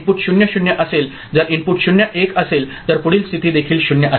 input 0 0 असेल जर input 0 1 असेल तर पुढील स्थिती देखील 0 असेल